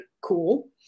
cool